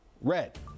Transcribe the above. red